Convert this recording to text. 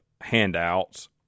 handouts